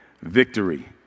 victory